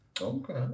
Okay